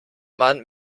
man